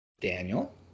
Daniel